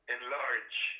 enlarge